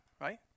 right